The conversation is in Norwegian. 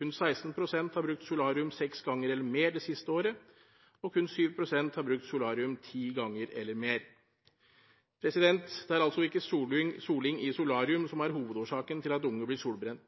Kun 16 pst. har brukt solarium seks ganger eller mer det siste året. Kun 7 pst. har brukt solarium ti ganger eller mer. Det er altså ikke soling i solarium som er hovedårsaken til at unge blir solbrent.